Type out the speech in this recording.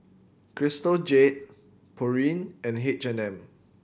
Crystal Jade Pureen and H and M